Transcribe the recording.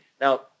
Now